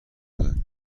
بودند